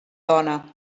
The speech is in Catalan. dona